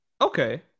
Okay